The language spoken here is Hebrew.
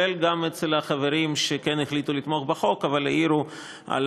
גם אצל החברים שכן החליטו לתמוך בחוק אבל העירו על